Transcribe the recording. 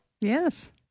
Yes